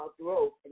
growth